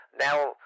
Now